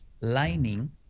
lining